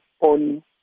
on